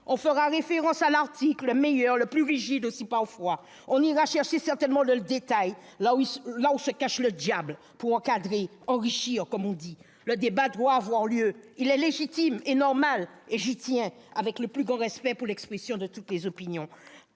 on fera référence à l'article le meilleur, le plus rigide aussi parfois. On ira chercher certainement le détail là où se cache le diable pour encadrer, « enrichir » comme on dit. Le débat doit avoir lieu, il est légitime et normal et j'y tiens, avec le plus grand respect pour l'expression de toutes les opinions.